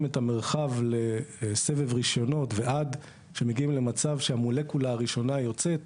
את המרחב לסבב רישיונות ועד שמגיעים למצב שהמולקולה הראשונה יוצאת,